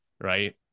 Right